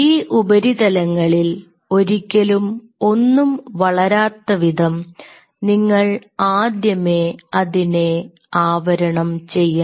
ഈ ഉപരിതലങ്ങളിൽ ഒരിക്കലും ഒന്നും വളരാത്ത വിധം നിങ്ങൾ ആദ്യമേ അതിനെ ആവരണം ചെയ്യണം